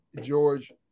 George